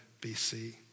BC